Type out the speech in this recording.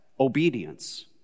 obedience